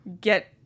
get